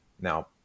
Now